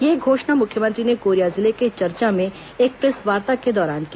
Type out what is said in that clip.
यह घोषणा मुख्यमंत्री ने कोरिया जिले के चरचा में एक प्रेसवार्ता के दौरान की